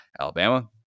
Alabama